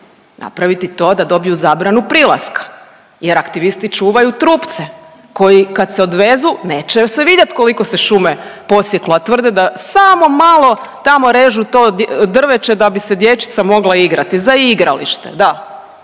napraviti to da dobiju zabranu prilaska, jer aktivisti čuvaju trupce koji kad se odvezu neće se vidjet koliko se šume posjeklo, a tvrde da samo malo tamo režu to drveće da bi se dječica mogla igrati. Za igralište